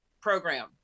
program